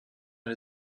and